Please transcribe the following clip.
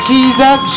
Jesus